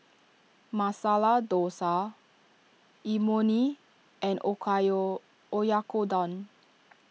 Masala Dosa Imoni and Oyakodon